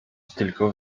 tylko